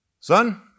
Son